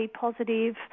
positive